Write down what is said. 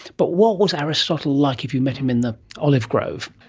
but what was aristotle like if you met him in the olive grove?